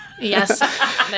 Yes